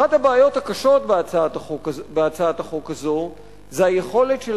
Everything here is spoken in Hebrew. אחת הבעיות הקשות בהצעת החוק הזאת זה היכולת של